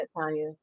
Tanya